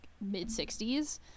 mid-60s